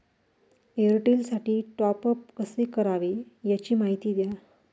एअरटेलसाठी टॉपअप कसे करावे? याची माहिती द्या